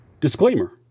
Disclaimer